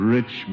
Rich